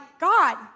God